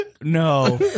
No